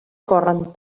corren